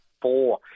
four